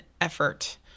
effort